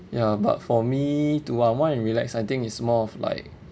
ya but for me to unwind and relax I think is more of like